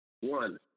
One